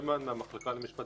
מהמחלקה למשפט בין-לאומי,